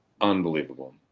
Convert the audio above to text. Unbelievable